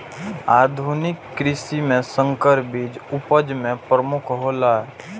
आधुनिक कृषि में संकर बीज उपज में प्रमुख हौला